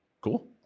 cool